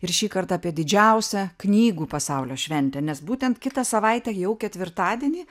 ir šįkart apie didžiausią knygų pasaulio šventę nes būtent kitą savaitę jau ketvirtadienį